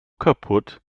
kaputt